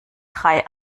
drei